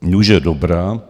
Nuže dobrá.